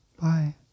Bye